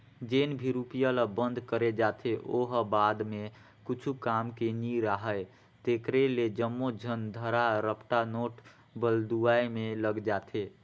जेन भी रूपिया ल बंद करे जाथे ओ ह बाद म कुछु काम के नी राहय तेकरे ले जम्मो झन धरा रपटा नोट बलदुवाए में लग जाथे